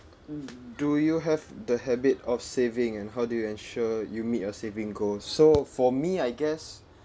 d~ do you have the habit of saving and how do you ensure you meet your saving goal so for me I guess